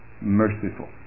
merciful